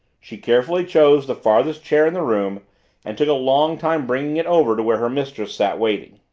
she carefully chose the farthest chair in the room and took a long time bringing it over to where her mistress sat waiting.